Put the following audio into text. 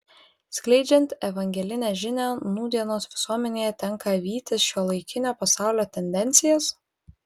skleidžiant evangelinę žinią nūdienos visuomenėje tenka vytis šiuolaikinio pasaulio tendencijas